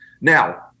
Now